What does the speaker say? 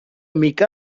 mica